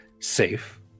Safe